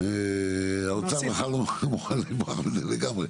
והאוצר מוכן לברוח מזה לגמרי.